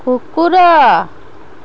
କୁକୁର